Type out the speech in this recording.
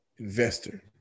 Investor